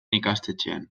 ikastetxean